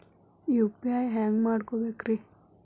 UPI ಹ್ಯಾಂಗ ಮಾಡ್ಕೊಬೇಕ್ರಿ?